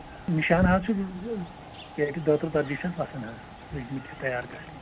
نِشان حظ چھِ پیٹہِ دَہ تٕرٛہ ژَتجی چھَس وَسان حظ لٔگۍمٕتۍ چھِ تَیار گژھںہِ